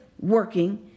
working